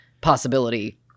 possibility